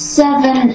seven